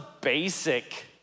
basic